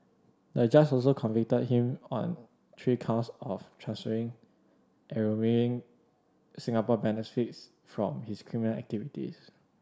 the judge also convicted him on three counts of transferring and Singapore benefits from his criminal activities